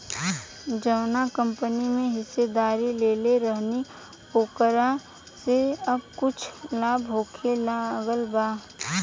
जावना कंपनी के हिस्सेदारी लेले रहनी ओकरा से अब कुछ लाभ होखे लागल बा